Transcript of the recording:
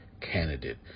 candidate